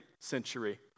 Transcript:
century